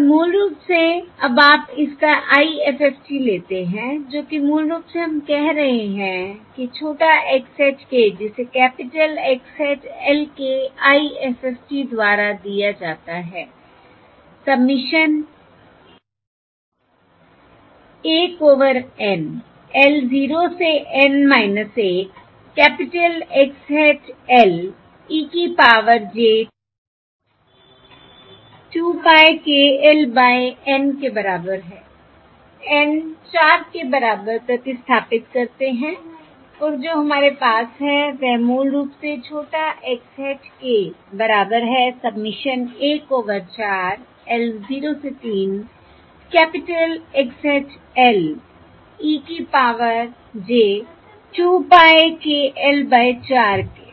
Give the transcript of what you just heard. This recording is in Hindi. और मूल रूप से अब आप इस का IFFT लेते हैं जो कि मूल रूप से हम कह रहे हैं कि छोटा x hat k जिसे कैपिटल X hat l के IFFT द्वारा दिया जाता है सबमिशन 1 ओवर N l 0 से N 1 capital X hat L e की power j 2 pie k l by N के बराबर है N 4 के बराबर प्रतिस्थापित करते हैं और जो हमारे पास है वह मूल रूप से छोटा x hat k बराबर है सबमिशन 1 ओवर 4 l 0 से 3 capital X hat l e की power j 2 pie k l by 4 केI